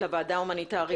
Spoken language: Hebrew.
לוועדה ההומניטרית.